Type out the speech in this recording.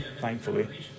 thankfully